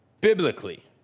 biblically